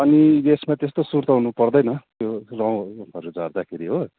अनि यसमा त्यस्तो सुर्ताउनु पर्दैन त्यो रौँहरू झर्दाखेरि हो